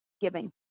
Giving